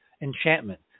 enchantment